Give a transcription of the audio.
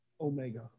Omega